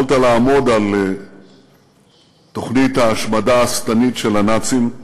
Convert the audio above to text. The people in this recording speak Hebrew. יכולת לעמוד על תוכנית ההשמדה השטנית של הנאצים,